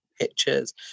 pictures